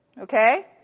Okay